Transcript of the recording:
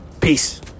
Peace